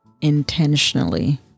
intentionally